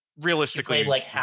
realistically